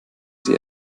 sie